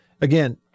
Again